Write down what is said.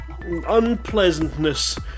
unpleasantness